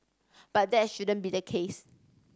but that shouldn't be the case